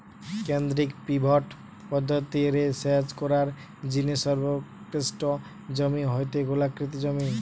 কেন্দ্রীয় পিভট পদ্ধতি রে সেচ করার জিনে সর্বোৎকৃষ্ট জমি হয়ঠে গোলাকৃতি জমি